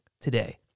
today